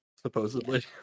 supposedly